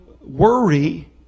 worry